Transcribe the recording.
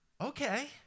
Okay